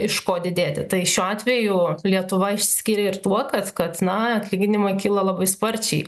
iš ko didėti tai šiuo atveju lietuva išsiskiria ir tuo kad kad na atlyginimai kilo labai sparčiai